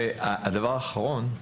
הדבר האחרון,